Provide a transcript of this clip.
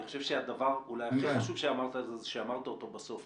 אני חושב שהדבר אולי הכי חשוב שאמרת הוא זה שאמרת אותו בסוף.